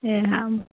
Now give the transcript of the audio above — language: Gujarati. એ હા